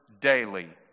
daily